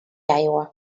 aigua